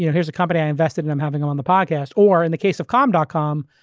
you know here's a company i'm investing and i'm having them on the podcast. or in the case of com dot-com,